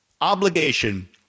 obligation